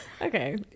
Okay